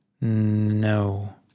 No